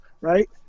right